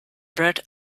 bread